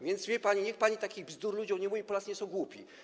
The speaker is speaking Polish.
Więc wie pani, niech pani takich bzdur ludziom nie mówi, Polacy nie są głupi.